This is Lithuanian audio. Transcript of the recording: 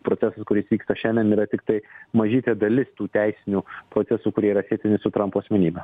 procesas kuris vyksta šiandien yra tiktai mažytė dalis tų teisinių procesų kurie yra sietini su trampo asmenybę